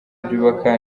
byubaka